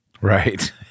right